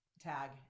tag